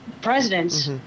presidents